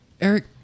Eric